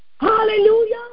Hallelujah